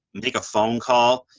make a phone call,